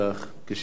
כשיש תאונה